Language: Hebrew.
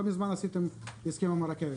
לא מזמן עשיתם הסכם עם הרכבת,